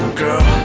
girl